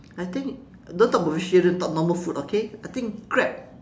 I think don't talk about Michelin talk normal food okay I think crab